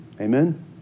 Amen